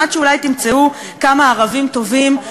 עד שאולי תמצאו כמה ערבים טובים.